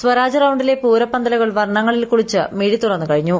സ്വരാജ് റൌണ്ടിലെ പൂര പന്തലുകൾ വർണങ്ങളിൽ കുളിച്ച് മിഴി തുറന്നു കഴിഞ്ഞു